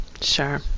sure